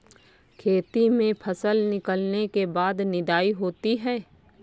खेती में फसल निकलने के बाद निदाई होती हैं?